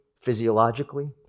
physiologically